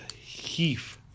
Heath